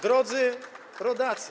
Drodzy Rodacy!